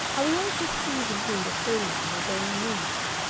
are we all just seizing hold of phrases and obeying moods?